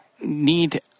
need